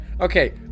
Okay